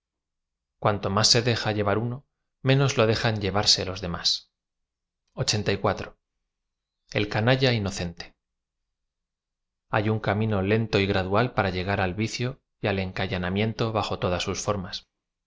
cuanto más se deja lleva r uno menos lo dejan hevarse los demás l canalla inocente h ay un camino lento y gradual para llegar al vicio y al encanallamiento bajo todas sus formas